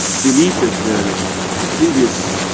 deleted their previous